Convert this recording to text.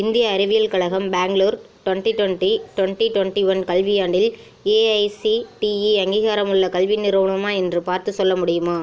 இந்திய அறிவியல் கழகம் Bangalore twenty twenty twenty twenty one கல்வியாண்டில் ஏஐசிடிஇ அங்கீகாரமுள்ள கல்வி நிறுவனமா என்று பார்த்துச் சொல்ல முடியுமா